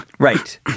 Right